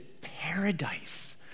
paradise